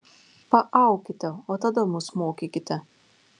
paaukite o tada mus mokykite